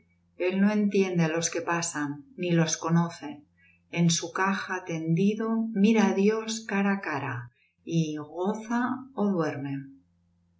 él no entiende á los que pasan ni los conoce n su caja tendido mira á dios cara á cara y goza ó duerme